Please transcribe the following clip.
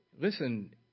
Listen